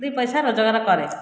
ଦୁଇ ପଇସା ରୋଜଗାର କରେ